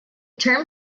term